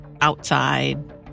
outside